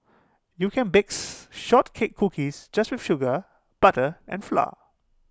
you can bakes short cake cookies just with sugar butter and flour